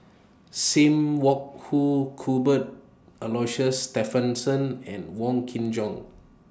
SIM Wong Hoo Cuthbert Aloysius Shepherdson and Wong Kin Jong